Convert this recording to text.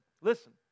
listen